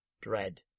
Dread